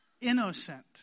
innocent